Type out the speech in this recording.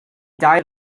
died